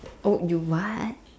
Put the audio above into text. oh you what